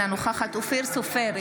אינה נוכחת אופיר סופר,